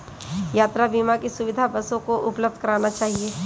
यात्रा बीमा की सुविधा बसों भी उपलब्ध करवाना चहिये